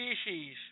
species